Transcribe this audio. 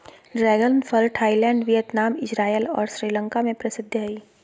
dragon फल Thailand Vietnam, Israel और श्रीलंका में प्रसिद्ध हइ